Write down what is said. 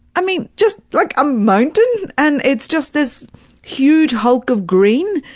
i mean, just, like, a mountain! and it's just this huge hulk of green.